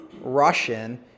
Russian